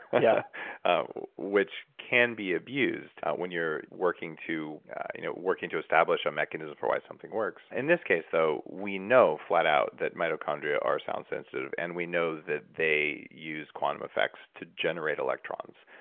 yeah which can be abused when you're working to you know working to establish a mechanism for why something works. in this case, though, we know flat out that mitochondria are sound sensitive and we know that they use quantum effects to generate electrons,